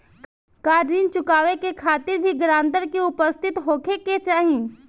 का ऋण चुकावे के खातिर भी ग्रानटर के उपस्थित होखे के चाही?